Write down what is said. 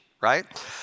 Right